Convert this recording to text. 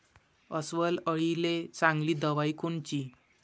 अस्वल अळीले चांगली दवाई कोनची?